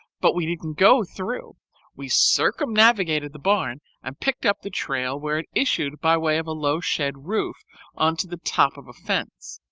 but we didn't go through we circumnavigated the barn and picked up the trail where it issued by way of a low shed roof on to the top of a fence.